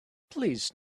please